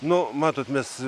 nu matot mes